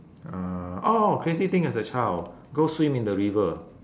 uh oh crazy thing as a child go swim in the river